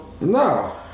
No